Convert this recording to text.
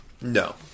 No